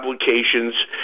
applications